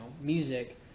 music